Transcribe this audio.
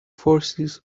forces